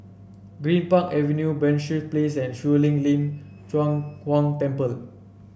Greenpark Avenue Penshurst Place and Shuang Lin Lin Cheng Huang Temple